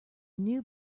new